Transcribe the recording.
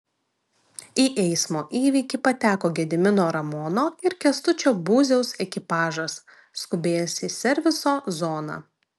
į eismo įvykį pateko gedimino ramono ir kęstučio būziaus ekipažas skubėjęs į serviso zoną